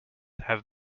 have